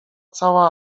cała